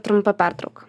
trumpa pertrauka